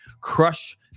crush